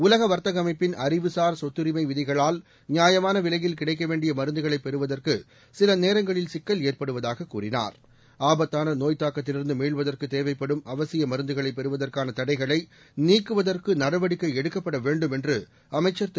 உலக வர்த்த்க அமைப்பின் அறிவு சார் சொத்தரிமை விதிகளால் நியாயமான விலையில் கிடைக்க வேண்டிய மருந்துகளைப் பெறுவதற்கு சில நேரங்களில் சிக்கல் ஏற்படுவதாக கூறினார் ஆபத்தாக நோய்த் தாக்கத்திலிருந்து மீளுவதற்கு தேவைபபடும் அவசிய மருந்துகளை பெறுவதற்கான தடைகளை நீக்குவதற்கு நடவடிக்கை எடுக்கப்பட வேண்டும் என்று அமைச்சர் திரு